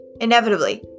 Inevitably